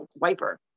wiper